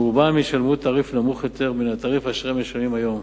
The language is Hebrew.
ורובם ישלמו תעריף נמוך יותר מן התעריף אשר הם משלמים היום.